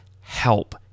help